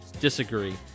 disagree